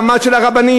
במעמד של הרבנים.